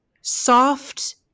soft